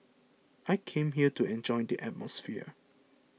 I came here to enjoy the atmosphere